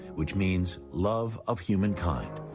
which means love of humankind.